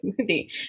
smoothie